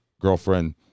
girlfriend